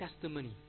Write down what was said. testimony